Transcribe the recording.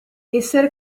essere